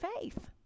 faith